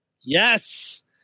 Yes